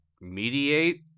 Mediate